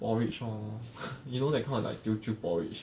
porridge lor you know that kind of like teochew porridge